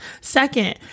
Second